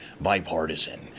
bipartisan